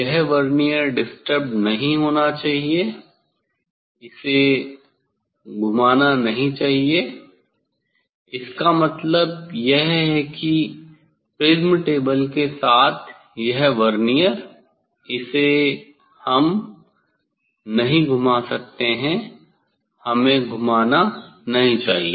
यह vernier disturbed नहीं होना चाहिए इसे घुमना नहीं चाहिए इसका मतलब यह है कि प्रिज्म टेबल के साथ यह वर्नियर इसे हम नहीं घुमा सकते हैं हमें घुमाना नहीं चाहिए